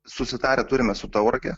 susitarę turime su taurage